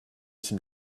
some